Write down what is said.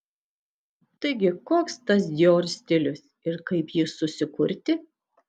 taigi koks tas dior stilius ir kaip jį susikurti